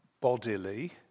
bodily